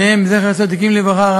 שניהם זכר צדיקים לברכה,